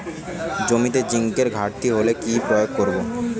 জমিতে জিঙ্কের ঘাটতি হলে কি প্রয়োগ করব?